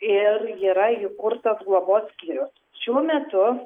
ir yra įkurtas globos skyrius šiuo metu